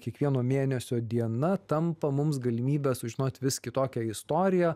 kiekvieno mėnesio diena tampa mums galimybė sužinot vis kitokią istoriją